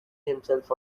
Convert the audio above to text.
himself